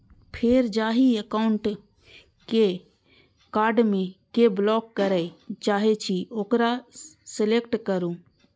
फेर जाहि एकाउंटक कार्ड कें ब्लॉक करय चाहे छी ओकरा सेलेक्ट करू